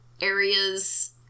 areas